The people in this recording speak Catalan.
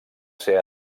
ser